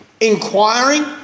inquiring